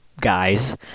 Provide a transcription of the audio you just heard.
guys